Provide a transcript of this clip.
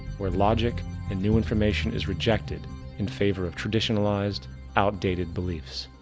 where logic and new information is rejected in favor of traditionalized outdated beliefs.